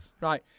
Right